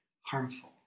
harmful